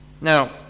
Now